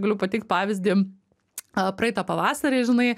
galiu pateikt pavyzdį a praeitą pavasarį žinai